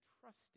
trusting